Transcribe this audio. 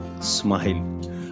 smile